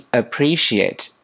appreciate